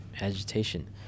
agitation